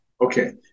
Okay